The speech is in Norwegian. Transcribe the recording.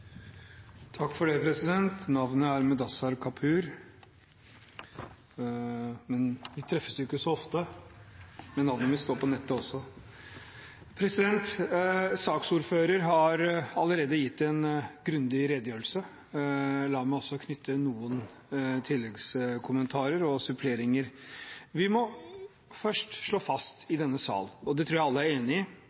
har allerede gitt en grundig redegjørelse. La meg også komme med noen tilleggskommentarer og suppleringer. Vi må først slå fast i denne sal – og det tror jeg alle er enige i